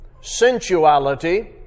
sensuality